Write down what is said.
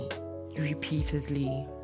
repeatedly